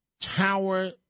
tower